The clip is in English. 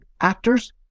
actors